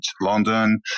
London